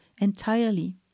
entirely